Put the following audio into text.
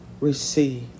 receive